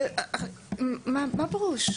מה פירוש?